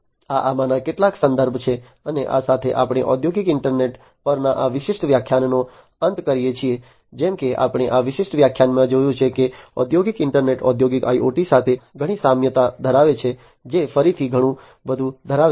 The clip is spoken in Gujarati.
આ આમાંના કેટલાક સંદર્ભો છે અને આ સાથે આપણે ઔદ્યોગિક ઇન્ટરનેટ પરના આ વિશિષ્ટ વ્યાખ્યાનનો અંત કરીએ છીએ જેમ કે આપણે આ વિશિષ્ટ વ્યાખ્યાનમાં જોયું છે ઔદ્યોગિક ઇન્ટરનેટ ઔદ્યોગિક IoT સાથે ઘણી સામ્યતા ધરાવે છે જે ફરીથી ઘણું બધું ધરાવે છે